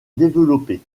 développés